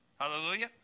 Hallelujah